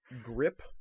grip